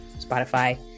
Spotify